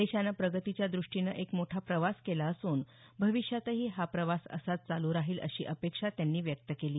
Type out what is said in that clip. देशानं प्रगतीच्या द्रष्टीनं एक मोठा प्रवास केला असून भविष्यातही हा प्रवास असाच चालू राहील अशी अपेक्षा त्यांनी व्यक्त केली